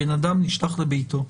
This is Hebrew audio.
הבן אדם נשלח לביתו.